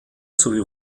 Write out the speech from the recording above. sowie